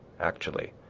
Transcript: actually,